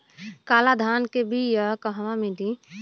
काला धान क बिया कहवा मिली?